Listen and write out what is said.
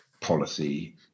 policy